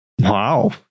Wow